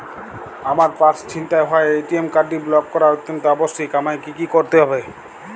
আমার পার্স ছিনতাই হওয়ায় এ.টি.এম কার্ডটি ব্লক করা অত্যন্ত আবশ্যিক আমায় কী কী করতে হবে?